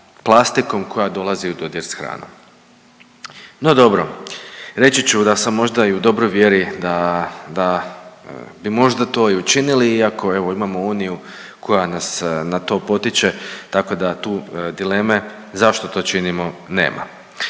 plastikom koja dolazi u dodir s hranom. No dobro, reći ću da sam možda i u dobroj vjeri da, da bi možda to i učinili iako evo imamo uniju koja nas na to potiče tako da tu dileme zašto to činimo nema.